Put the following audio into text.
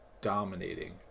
dominating